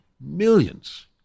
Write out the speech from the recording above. millions